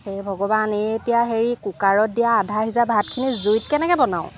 হে ভগৱান এই এতিয়া হেৰি কুকাৰত দিয়া আধা সিজা ভাতখিনি জুইত কেনেকৈ বনাওঁ